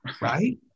Right